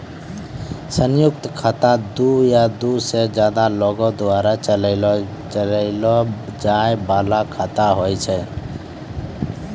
संयुक्त खाता दु या दु से ज्यादे लोगो द्वारा चलैलो जाय बाला खाता होय छै